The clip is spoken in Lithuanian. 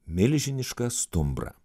milžinišką stumbrą